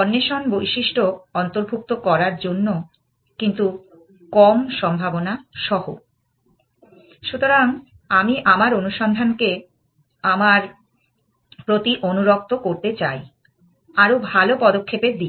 অন্বেষণ বৈশিষ্ট্য অন্তর্ভুক্ত করার জন্য কিন্তু কম সম্ভাবনা সহ । সুতরাং আমি আমার অনুসন্ধানকে আমার প্রতি অনুরক্ত করতে চাই আরও ভালো পদক্ষেপের দিকে